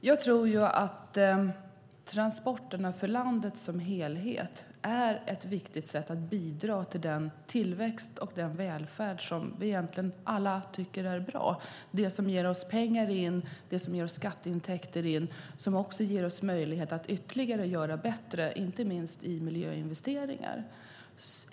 Fru talman! Jag tror att transporterna för landet som helhet är ett viktigt sätt att bidra till den tillväxt och den välfärd som vi alla egentligen tycker är bra. Det är det som ger oss pengar och skatteintäkter som ger oss möjlighet att göra saker ytterligare bättre, inte minst när det gäller miljöinvesteringar.